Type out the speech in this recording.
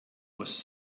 was